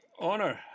Honor